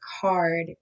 card